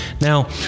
Now